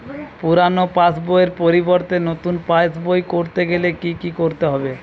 পুরানো পাশবইয়ের পরিবর্তে নতুন পাশবই ক রতে গেলে কি কি করতে হবে?